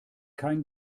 kein